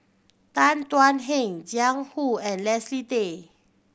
Tan Thuan Heng Jiang Hu and Leslie Tay